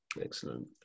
Excellent